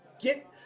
get